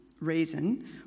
reason